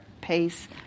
pace